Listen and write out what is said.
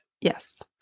Yes